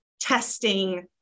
testing